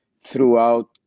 throughout